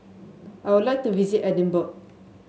I would like to visit Edinburgh